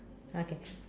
okay